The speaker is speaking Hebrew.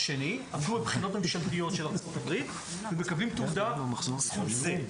עמדו בבחינות הממשלתיות של ארצות-הברית ומקבלים תעודה בזכות זה.